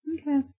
Okay